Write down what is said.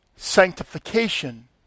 sanctification